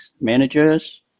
managers